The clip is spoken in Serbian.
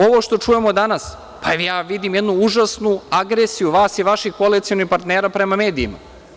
Ovo što čujemo danas, pa ja vidim jednu užasnu agresiju vas i vaših koalicionih partnera prema medijima.